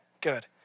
good